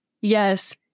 Yes